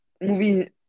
movie